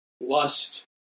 lust